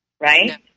right